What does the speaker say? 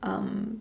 um